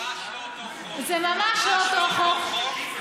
זה ממש לא אותו חוק.